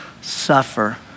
suffer